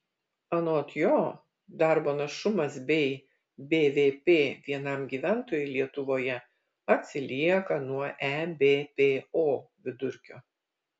anot jo darbo našumas bei bvp vienam gyventojui lietuvoje atsilieka nuo ebpo vidurkio